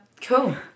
cool